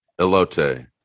elote